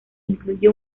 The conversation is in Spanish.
incluye